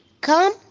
come